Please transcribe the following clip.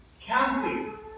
counting